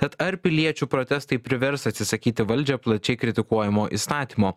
tad ar piliečių protestai privers atsisakyti valdžią plačiai kritikuojamo įstatymo